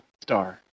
star